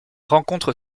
rencontre